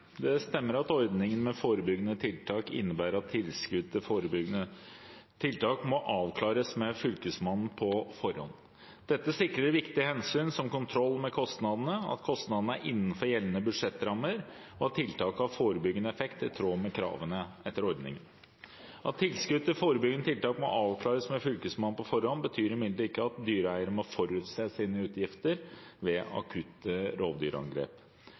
Det stemmer at ordningen med forebyggende tiltak innebærer at tilskudd til forebyggende tiltak må avklares med Fylkesmannen på forhånd. Dette sikrer viktige hensyn som kontroll med kostnadene, at kostnadene er innenfor gjeldende budsjettrammer, og at tiltaket har forebyggende effekt i tråd med kravene etter ordningen. At tilskudd til forebyggende tiltak må avklares med Fylkesmannen på forhånd, betyr imidlertid ikke at dyreeiere må forutse sine utgifter ved akutte rovdyrangrep.